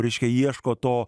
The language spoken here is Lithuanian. reiškia ieško to